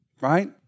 right